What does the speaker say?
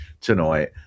tonight